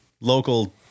Local